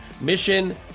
mission